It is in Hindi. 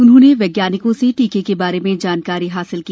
उन्होंने वैज्ञानिकों से टीके के बारे में जानकारी हासिल की